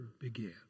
began